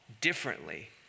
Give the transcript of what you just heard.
differently